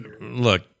look